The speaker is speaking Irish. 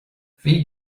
bhí